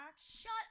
Shut